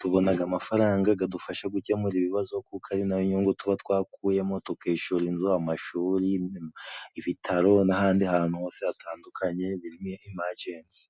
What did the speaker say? tubonaga amafaranga gadufasha gukemura ibibazo kuko ari nayo nyungu tuba twakuyemo tukihishura inzu, amashuri, ibitaro n'ahandi hantu hose hatandukanye biri imajensi.